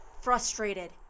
frustrated